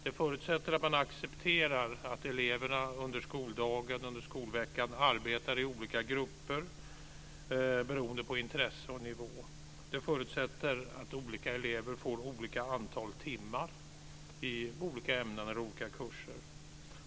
Det förutsätter att man accepterar att eleverna under skoldagen och under skolveckan arbetar i olika grupper beroende på intresse och nivå. Det förutsätter att olika elever får olika antal timmar i olika ämnen eller olika kurser.